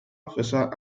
officer